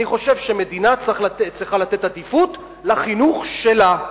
אני חושב שמדינה צריכה לתת עדיפות לחינוך שלה,